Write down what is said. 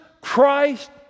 Christ